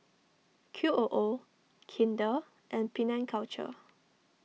Q O O Kinder and Penang Culture